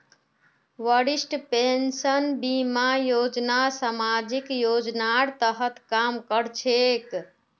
वरिष्ठ पेंशन बीमा योजना सामाजिक योजनार तहत काम कर छेक